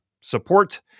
support